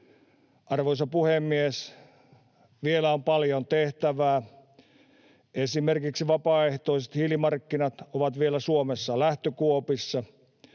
Arvoisa puhemies! Vielä on paljon tehtävää. Esimerkiksi vapaaehtoiset hiilimarkkinat ovat vielä Suomessa lähtökuopissa.